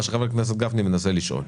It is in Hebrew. מה שחבר הכנסת גפני מנסה לשאול.